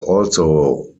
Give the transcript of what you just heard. also